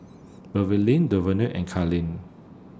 Beverly Devonte and Kalene